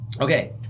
Okay